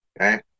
Okay